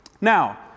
Now